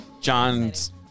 John's